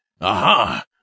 Aha